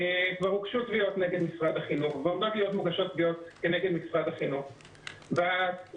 כבר הוגשו תביעות כנגד משרד החינוך ועומדות